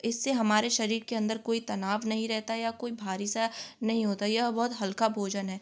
इससे हमारे शरीर के अंदर कोई तनाव नहीं रहता या कोई भारी सा नहीं होता यह बहुत हल्का भोजन है